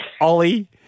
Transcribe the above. Ollie